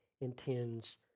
intends